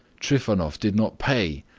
trifonof did not pay,